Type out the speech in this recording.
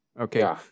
Okay